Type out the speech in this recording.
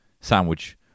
Sandwich